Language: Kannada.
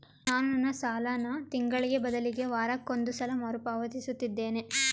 ನಾನು ನನ್ನ ಸಾಲನ ತಿಂಗಳಿಗೆ ಬದಲಿಗೆ ವಾರಕ್ಕೊಂದು ಸಲ ಮರುಪಾವತಿಸುತ್ತಿದ್ದೇನೆ